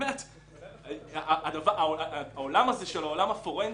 הסמכות של היועץ.